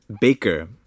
baker